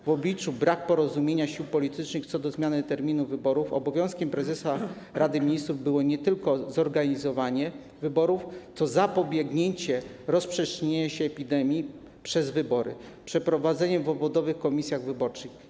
W obliczu braku porozumienia sił politycznych co do zmiany terminu wyborów obowiązkiem prezesa Rady Ministrów było nie tylko zorganizowanie wyborów, ale także zapobiegnięcie rozprzestrzenieniu się epidemii w trakcie wyborów przeprowadzanych w obwodowych komisjach wyborczych.